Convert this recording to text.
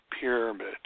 pyramid